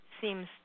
seems